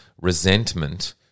resentment